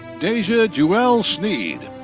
deja jewell sneed.